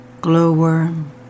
glowworm